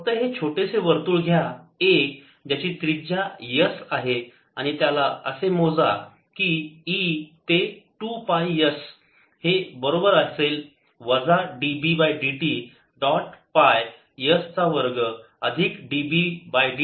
फक्त हे छोटेसे वर्तुळ घ्या a ज्याची त्रिज्या S आहे आणि त्याला असे मोजा की E ते 2 पाय s हे बरोबर असेल वजा dB by dt dot pi s चा वर्ग आणि dB बाय dt असेल mu naught n dI by dt